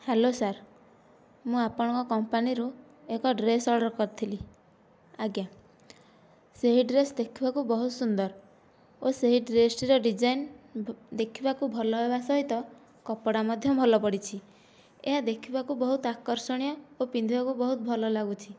hello sir ମୁଁ ଆପଣଙ୍କ କମ୍ପାନୀରୁ ଏକ ଡ୍ରେସ୍ ଅର୍ଡ଼ର କରିଥିଲି ଆଜ୍ଞା ସେହି ଡ୍ରେସ୍ ଦେଖିବାକୁ ବହୁତ ସୁନ୍ଦର ଓ ସେହି ଡ୍ରେସ୍ଟିର ଡିଜାଇନ୍ ଦେଖିବାକୁ ଭଲ ହେବା ସହିତ କପଡ଼ା ମଧ୍ୟ ଭଲ ପଡ଼ିଛି ଏହା ଦେଖିବାକୁ ବହୁତ ଆକର୍ଷଣୀୟ ଓ ପିନ୍ଧିବାକୁ ବହୁତ ଭଲ ଲାଗୁଛି